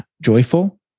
joyful